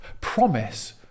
promise